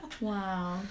Wow